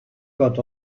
quand